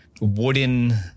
wooden